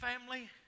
family